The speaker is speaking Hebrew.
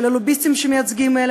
של הלוביסטים שמייצגים,